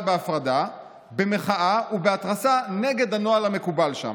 בהפרדה במחאה ובהתרסה נגד הנוהל המקובל שם,